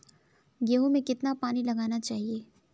गेहूँ में कितना पानी लगाना चाहिए?